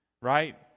right